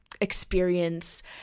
experience